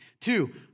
Two